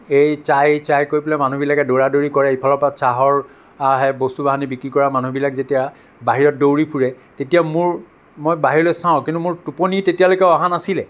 এই চাই চাই কৰি পেলাই মানুহবিলাকে দৌৰা দৌৰি ক'ৰে এইফালৰ পৰা চাহৰ আহে বস্তু বাহিনী বিক্ৰী কৰা মানুহবিলাক যেতিয়া বাহিৰত দৌৰি ফুৰে তেতিয়া মোৰ মই বাহিৰলৈ চাওঁ কিন্তু মোৰ টোপনি তেতিয়ালৈকে অহা নাছিল